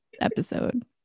episode